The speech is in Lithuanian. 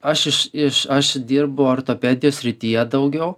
aš iš iš aš dirbu ortopedijos srityje daugiau